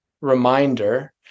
reminder